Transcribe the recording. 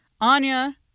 Anya